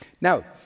Now